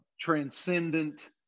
transcendent